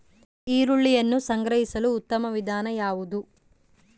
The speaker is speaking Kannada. ಈರುಳ್ಳಿಯನ್ನು ಸಂಗ್ರಹಿಸಲು ಉತ್ತಮ ವಿಧಾನ ಯಾವುದು?